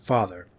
Father